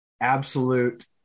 absolute